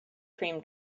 cream